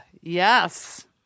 yes